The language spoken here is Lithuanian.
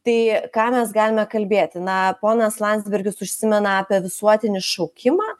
tai ką mes galime kalbėti na ponas landsbergis užsimena apie visuotinį šaukimą